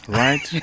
right